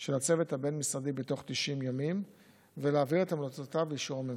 של הצוות הבין-משרדי בתוך 90 ימים ולהעביר את המלצותיו לאישור הממשלה.